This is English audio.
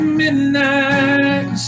midnight